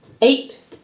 Eight